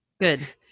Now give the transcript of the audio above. Good